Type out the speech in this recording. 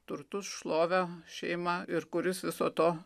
turtus šlovę šeimą ir kuris viso to